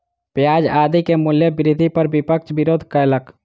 प्याज आदि के मूल्य वृद्धि पर विपक्ष विरोध कयलक